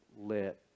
let